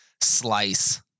slice